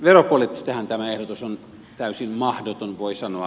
veropoliittisestihan tämä ehdotus on täysin mahdoton voi sanoa